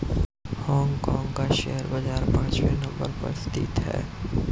Hong Kong का share बाजार पांचवे नम्बर पर स्थित है